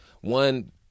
One